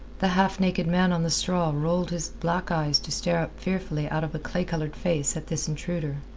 the half-naked man on the straw rolled his black eyes to stare up fearfully out of a clay-coloured face at this intruder.